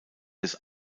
des